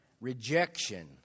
rejection